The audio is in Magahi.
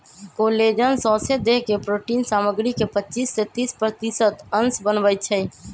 कोलेजन सौसे देह के प्रोटिन सामग्री के पचिस से तीस प्रतिशत अंश बनबइ छइ